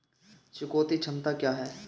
चुकौती क्षमता क्या है?